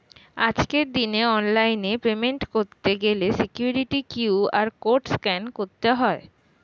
আজকের দিনে অনলাইনে পেমেন্ট করতে গেলে সিকিউরিটি কিউ.আর কোড স্ক্যান করতে হয়